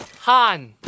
Han